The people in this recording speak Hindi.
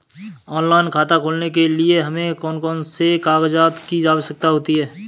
ऑनलाइन खाता खोलने के लिए हमें कौन कौन से कागजात की आवश्यकता होती है?